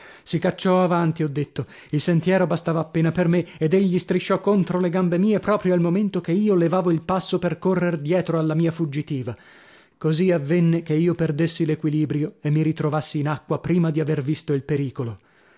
si cacciò avanti ho detto il sentiero bastava appena per me ed egli strisciò contro le gambe mie proprio al momento che io levavo il passo per correr dietro alla mia fuggitiva così avvenne che io perdessi l'equilibrio e mi ritrovassi in acqua prima di aver visto il pericolo